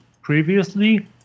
previously